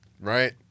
right